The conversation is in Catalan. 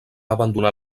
abandonar